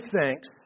thanks